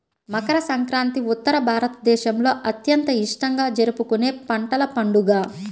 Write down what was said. మకర సంక్రాంతి ఉత్తర భారతదేశంలో అత్యంత ఇష్టంగా జరుపుకునే పంటల పండుగ